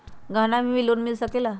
गहना से भी लोने मिल सकेला?